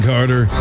Carter